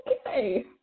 Okay